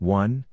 one